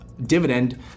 dividend